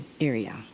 area